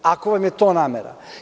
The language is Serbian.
Ako vam je to namera.